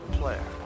player